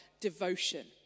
devotion